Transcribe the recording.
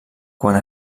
quant